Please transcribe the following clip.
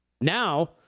Now